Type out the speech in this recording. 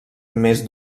més